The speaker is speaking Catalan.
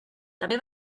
també